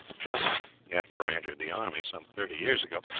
just after i entered the army, some thirty years ago,